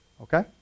Okay